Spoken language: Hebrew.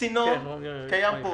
הצינור קיים פה,